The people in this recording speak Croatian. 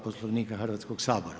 Poslovnika Hrvatskog sabora.